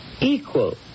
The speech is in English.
equal